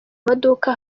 amaduka